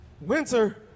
winter